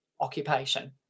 occupation